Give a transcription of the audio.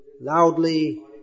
loudly